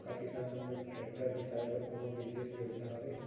का किसान मन बर ट्रैक्टर बिसाय बर कोनो बिशेष योजना हवे?